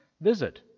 visit